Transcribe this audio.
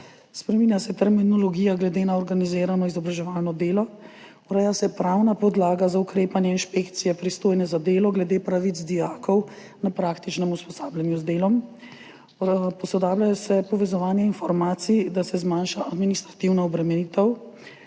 Spreminja se terminologija glede na organizirano izobraževalno delo. Ureja se pravna podlaga za ukrepanje inšpekcije, pristojne za delo, glede pravic dijakov na praktičnem usposabljanju z delom. Posodablja se povezovanje informacij, da se zmanjša administrativna obremenitev.